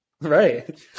Right